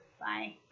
Bye